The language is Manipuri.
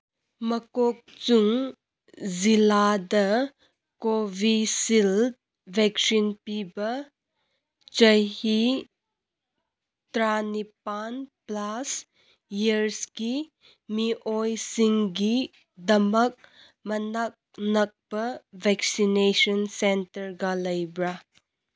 ꯃꯀꯣꯛꯆꯨꯡ ꯖꯤꯂꯥꯗ ꯀꯣꯕꯤꯁꯤꯜ ꯚꯦꯛꯁꯤꯟ ꯄꯤꯕ ꯆꯍꯤ ꯇꯔꯥꯅꯤꯄꯥꯟ ꯄ꯭ꯂꯁ ꯏꯌꯔꯁꯀꯤ ꯃꯤꯑꯣꯏꯁꯤꯡꯒꯤꯗꯃꯛ ꯃꯅꯥꯛ ꯅꯛꯄ ꯚꯦꯛꯁꯤꯅꯦꯁꯟ ꯁꯦꯟꯇꯔꯒ ꯂꯩꯕ꯭ꯔꯥ